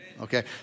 Okay